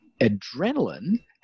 adrenaline